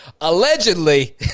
allegedly